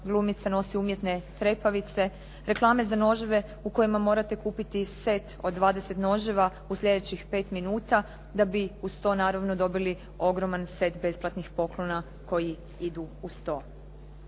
glumica nosi umjetne trepavice, reklame za noževe u kojima morate kupiti set od 20 noževa u sljedećih 5 minuta, da bi uz to naravno dobili ogroman set besplatnih poklona koji idu uz to.